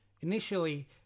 Initially